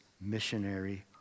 missionary